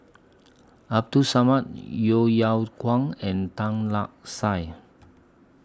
Abdul Samad Yeo Yeow Kwang and Tan Lark Sye